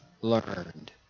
learned